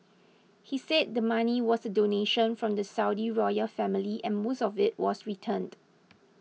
he said the money was a donation from the Saudi royal family and most of it was returned